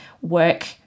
work